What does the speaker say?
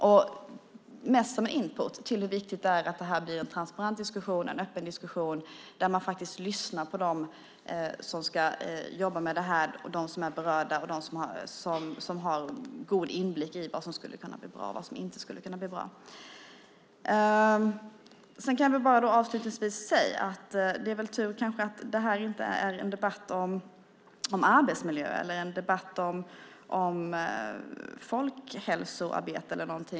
Detta är mest som input till hur viktigt det är att det här blir en transparent och öppen diskussion där man faktiskt lyssnar till dem som ska jobba med det här, dem som är berörda och dem som har god inblick i vad som skulle kunna bli bra och vad som inte skulle kunna bli bra. Jag kan avslutningsvis säga att det kanske är tur att det här inte är en debatt om arbetsmiljö eller folkhälsoarbete.